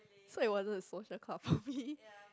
so it wasn't a social club for me